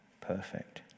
perfect